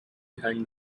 behind